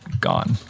gone